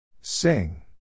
Sing